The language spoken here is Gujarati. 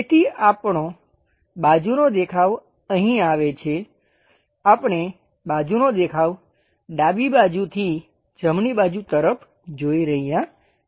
તેથી આપણો બાજુનો દેખાવ અહીં આવે છે આપણે બાજુનો દેખાવ ડાબી બાજુથી જમણી બાજું તરફ જોઈ રહ્યા છીએ